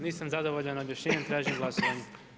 Nisam zadovoljan objašnjenjem, tražim glasovanje.